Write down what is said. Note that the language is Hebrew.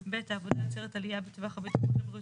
(ב) העבודה יוצרת עלייה בטווח הבטיחות לבריאות